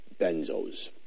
benzos